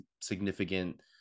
significant